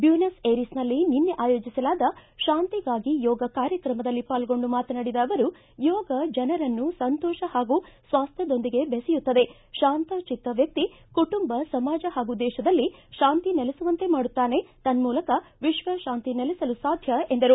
ಬ್ಲೂನಸ್ ಏರಿಸ್ನಲ್ಲಿ ನಿನ್ನೆ ಆಯೋಜಿಸಲಾದ ತಾಂತಿಗಾಗಿ ಯೋಗ ಕಾರ್ಯಕ್ರಮದಲ್ಲಿ ಪಾಲ್ಗೊಂಡು ಮಾತನಾಡಿದ ಅವರು ಯೋಗ ಜನರನ್ನು ಸಂತೋಷ ಹಾಗೂ ಸ್ವಾಸ್ಕ್ಯದೊಂದಿಗೆ ಬೆಸೆಯುತ್ತದೆ ಶಾಂತಚಿತ್ತ ವ್ಯಕ್ತಿ ಕುಟುಂಬ ಸಮಾಜ ಹಾಗೂ ದೇಶದಲ್ಲಿ ಶಾಂತಿ ನೆಲೆಸುವಂತೆ ಮಾಡುತ್ತಾನೆ ತನ್ಮೂಲಕ ವಿಶ್ವ ಶಾಂತಿ ನೆಲೆಸಲು ಸಾಧ್ಯ ಎಂದರು